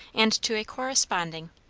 and to a corresponding,